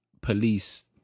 police